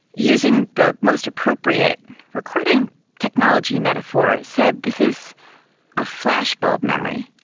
using the most appropriate recording technology metaphor said this is a flashbulb memory,